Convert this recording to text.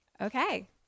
Okay